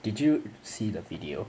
did you see the video